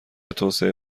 توسعه